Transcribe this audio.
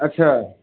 अच्छा